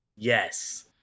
Yes